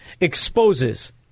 exposes